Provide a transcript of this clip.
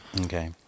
Okay